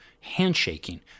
handshaking